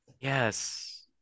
Yes